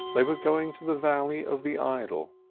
they were going to the valley of the idol.